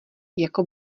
jako